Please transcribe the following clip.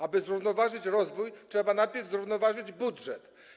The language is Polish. Aby zrównoważyć rozwój trzeba najpierw zrównoważyć budżet.